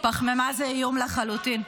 פחמימה זה איום לחלוטין.